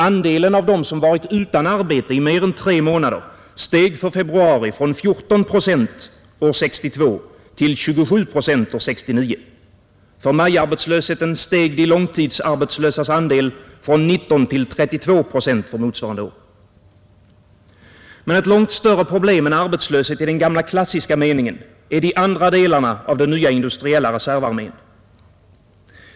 Andelen av dem som varit utan arbete i mer än tre månader steg för februari från 14 procent år 1962 till 27 procent 1969. För majarbetslösheten steg de långtidsarbetslösas andel från 19 till 32 procent för motsvarande år. Men ett långt större problem än arbetslöshet i den gamla klassiska meningen är de andra delarna av den nya industriella reservarmén.